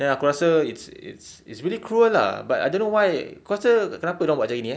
then aku rasa it's it's it's really cruel ah but I don't know why kau rasa kenapa dorang buat macam gini eh